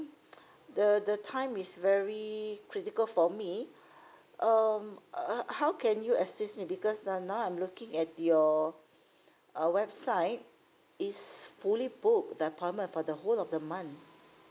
the the time is very critical for me um uh how can you assist me because um now I'm looking at your uh website it's fully booked the appointment for the whole of the month